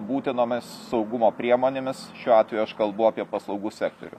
būtinomis saugumo priemonėmis šiuo atveju aš kalbu apie paslaugų sektorių